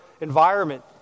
environment